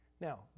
Now